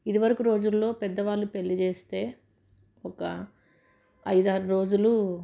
ఇదివరకు రోజులలో పెద్దవాళ్ళు పెళ్ళి చేేస్తే ఒక ఐదు ఆరు రోజులు